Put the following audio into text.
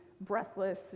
breathless